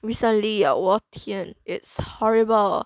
recently uh 我天 it's horrible